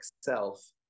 self